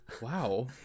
Wow